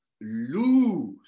lose